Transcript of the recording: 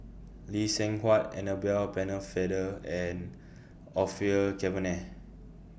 Lee Seng Huat Annabel Pennefather and Orfeur Cavenagh